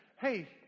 Hey